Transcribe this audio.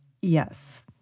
Yes